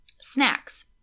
Snacks